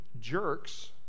jerks